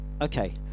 okay